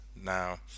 Now